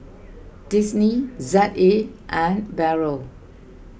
Disney Z A and Barrel